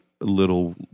little